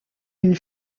une